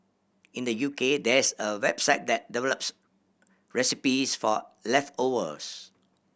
in the U K there's a website that develops recipes for leftovers